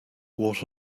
what